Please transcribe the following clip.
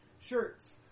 shirts